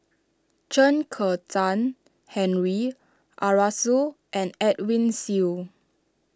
Chen Kezhan Henri Arasu and Edwin Siew